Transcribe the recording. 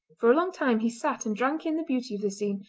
for a long time he sat and drank in the beauty of the scene,